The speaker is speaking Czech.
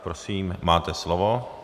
Prosím, máte slovo.